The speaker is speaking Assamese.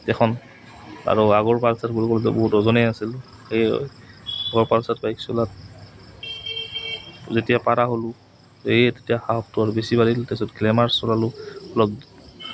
সেইখন আৰু আগৰ পালচাৰবোৰটো বহুত ওজনে আছিল এই অলপ পালচাৰ বাইক চলাত যেতিয়া পাৰা হ'লোঁ এই তেতিয়া সাহসটো আৰু বেছি বাঢ়িল তাৰপিছত গ্লেমাৰছ চলালোঁ অলপ